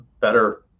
better